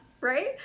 right